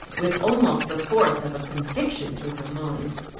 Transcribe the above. with almost the force of conviction to her mind.